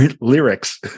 lyrics